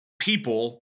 people